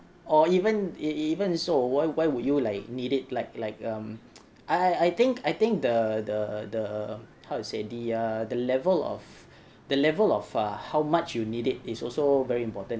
or even e~ even so why why would you like need it like like um I I think I think the the the how to say the uh the level of the level of err how much you need it is also very important